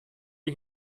die